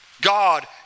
God